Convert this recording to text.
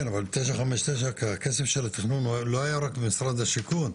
אבל 959 הכסף של התכנון לא היה רק במשרד השיכון.